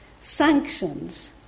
sanctions